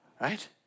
right